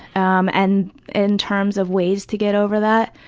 um and in terms of ways to get over that,